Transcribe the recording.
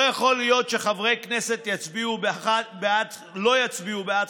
לא יכול להיות שחברי כנסת לא יצביעו בעד